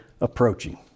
approaching